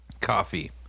Coffee